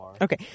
Okay